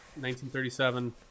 1937